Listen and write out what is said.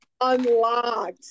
unlocked